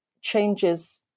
changes